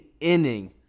inning